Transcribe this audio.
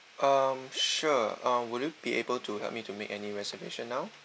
um sure uh will you be able to help me to make any reservation now